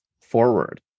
forward